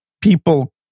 people